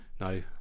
no